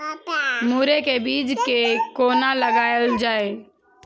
मुरे के बीज कै कोना लगायल जाय?